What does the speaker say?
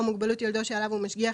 או מוגבלות ילדו שעליו הוא משגיח,